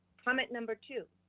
comment number two.